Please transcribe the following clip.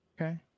Okay